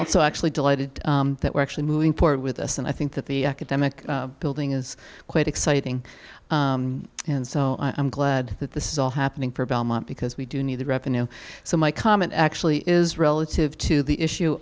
also actually delighted that we're actually moving forward with us and i think that the academic building is quite exciting and so i'm glad that this is all happening for belmont because we do need the revenue so my comment actually is relative to the issue